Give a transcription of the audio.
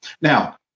Now